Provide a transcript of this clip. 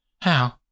How